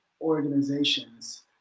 organizations